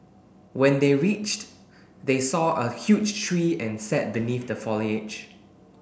when they reached they saw a huge tree and sat beneath the foliage